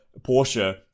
Porsche